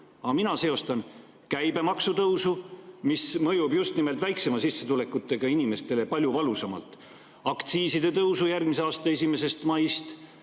Aga mina seostan [sellega] käibemaksu tõusu, mis mõjub just nimelt väiksema sissetulekuga inimestele palju valusamalt; aktsiiside tõusu järgmise aasta 1. maist;